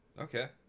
Okay